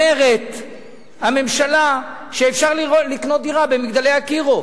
אומרת הממשלה שאפשר לקנות דירה ב"מגדלי אקירוב"